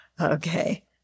okay